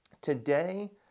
today